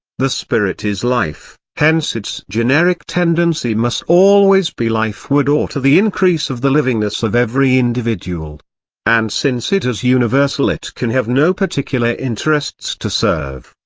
the spirit is life, hence its generic tendency must always be lifeward or to the increase of the livingness of every individual and since it is universal it can have no particular interests to serve,